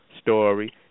story